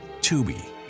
Tubi